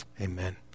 Amen